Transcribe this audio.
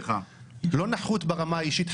לא נחות ברמה האישית,